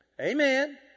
Amen